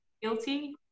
guilty